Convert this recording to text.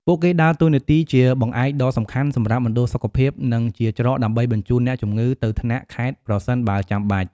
ពួកគេដើរតួនាទីជាបង្អែកដ៏សំខាន់សម្រាប់មណ្ឌលសុខភាព និងជាច្រកដើម្បីបញ្ជូនអ្នកជំងឺទៅថ្នាក់ខេត្តប្រសិនបើចាំបាច់។